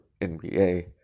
NBA